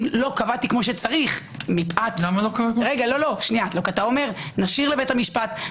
אם לא קבעתי כמו שצריך - אתה אומר: נשאיר לבית המשפט.